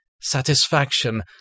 satisfaction